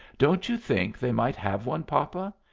don't you think they might have one, papa?